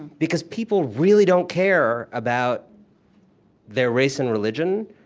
because people really don't care about their race and religion